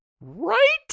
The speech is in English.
Right